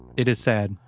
it is sad,